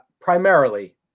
primarily